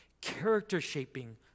character-shaping